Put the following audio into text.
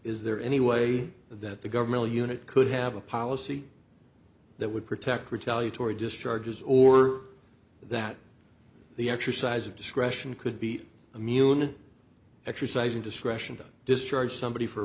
is there any way that the government or unit could have a policy that would protect retaliatory discharges or that the exercise of discretion could be immune exercising discretion to discharge somebody for